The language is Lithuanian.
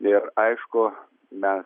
ir aišku mes